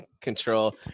control